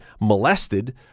molested